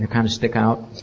and kind of stick out?